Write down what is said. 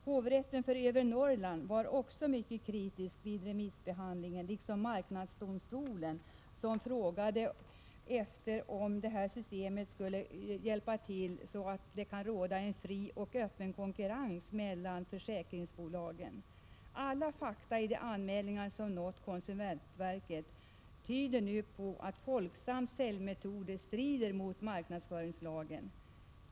Hovrätten för övre Norrland var också mycket kritisk vid remissbehandlingen, liksom marknadsdomstolen, som frågade om detta system skulle bidra till fri och öppen konkurrens mellan försäkringsbolagen. Alla fakta i de anmälningar som nått konsumentverket tyder på att Folksams säljmetoder strider mot marknadsföringslagen.